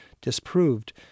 disproved